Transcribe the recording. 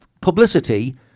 publicity